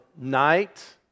night